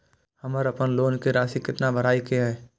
हमर अपन लोन के राशि कितना भराई के ये?